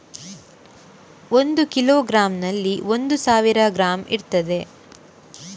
ಒಂದು ಕಿಲೋಗ್ರಾಂನಲ್ಲಿ ಒಂದು ಸಾವಿರ ಗ್ರಾಂ ಇರ್ತದೆ